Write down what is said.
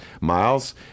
Miles